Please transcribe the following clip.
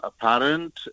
apparent